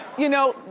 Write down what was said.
you know,